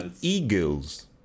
Eagles